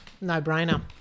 no-brainer